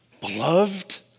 beloved